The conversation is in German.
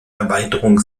erweiterung